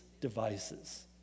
devices